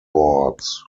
boards